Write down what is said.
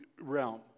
realm